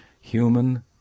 Human